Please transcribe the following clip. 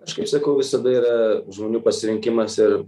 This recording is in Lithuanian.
aš kaip sakau visada yra žmonių pasirinkimas ir